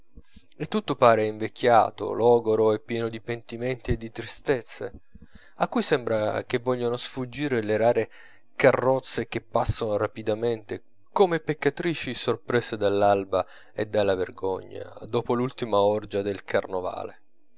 e tutto pare invecchiato logoro e pieno di pentimenti e di tristezze a cui sembra che vogliano sfuggire le rare carrozze che passano rapidamente come peccatrici sorprese dall'alba e dalla vergogna dopo l'ultima orgia del carnovale